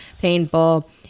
painful